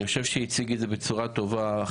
אני חושב שחבר הכנסת